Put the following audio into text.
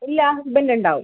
ഇല്ലാ ഹസ്ബൻ്റ് ഉണ്ടാവും